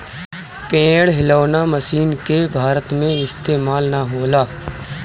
पेड़ हिलौना मशीन के भारत में इस्तेमाल ना होला